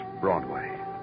Broadway